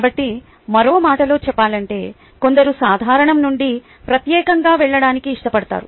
కాబట్టి మరో మాటలో చెప్పాలంటే కొందరు సాధారణం నుండి ప్రత్యేకంగా వెళ్లడానికి ఇష్టపడతారు